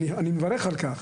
אני מברך על כך,